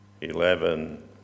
eleven